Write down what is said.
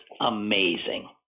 amazing